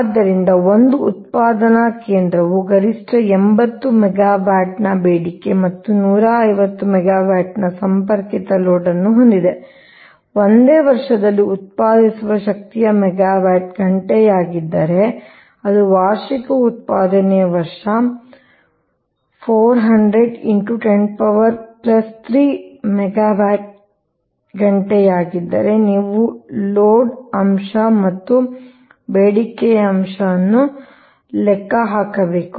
ಆದ್ದರಿಂದ ಒಂದು ಉತ್ಪಾದನಾ ಕೇಂದ್ರವು ಗರಿಷ್ಠ 80 ಮೆಗಾವ್ಯಾಟ್ನ ಬೇಡಿಕೆ ಮತ್ತು 150 ಮೆಗಾವ್ಯಾಟ್ನ ಸಂಪರ್ಕಿತ ಲೋಡ್ ಅನ್ನು ಹೊಂದಿದೆ ಒಂದು ವರ್ಷದಲ್ಲಿ ಉತ್ಪಾದಿಸುವ ಶಕ್ತಿಯ ಮೆಗಾವ್ಯಾಟ್ ಗಂಟೆಯಾಗಿದ್ದರೆ ಅದು ವಾರ್ಷಿಕ ಶಕ್ತಿ ಉತ್ಪಾದನೆಯ ವರ್ಷ 400103 ಮೆಗಾವ್ಯಾಟ್ ಗಂಟೆಯಾಗಿದ್ದರೆ ನೀವು ಲೋಡ್ ಅಂಶ ಮತ್ತು ಬೇಡಿಕೆಯ ಅಂಶ ಅನ್ನು ಲೆಕ್ಕ ಹಾಕಬೇಕು